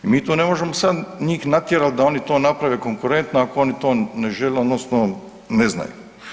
Mi to ne možemo sad njih natjerat da oni to naprave konkurentno ako oni to ne žele odnosno ne znaju.